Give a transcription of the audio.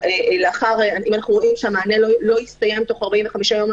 ולאחר שהמענה לא הסתיים בתוך 45 יום,